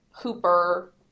Hooper